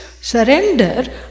surrender